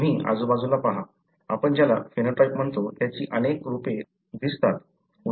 तुम्ही आजूबाजूला पहा आपण ज्याला फेनोटाइप म्हणतो त्याची अनेक रूपे आपल्याला दिसतात